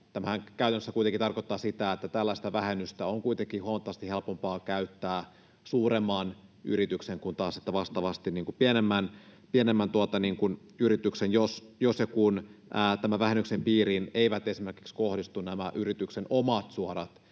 Tämähän käytännössä kuitenkin tarkoittaa sitä, että tällaista vähennystä on huomattavasti helpompaa käyttää suuremman yrityksen kuin taas sitten vastaavasti pienemmän yrityksen, jos ja kun tämän vähennyksen piiriin eivät esimerkiksi kohdistu yrityksen omat, suorat